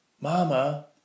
Mama